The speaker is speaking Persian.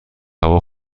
هوا